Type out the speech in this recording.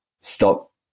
stop